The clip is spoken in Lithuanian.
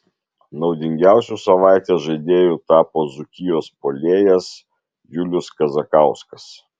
naudingiausiu savaitės žaidėju tapo dzūkijos puolėjas julius kazakauskas